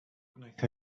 gwnaeth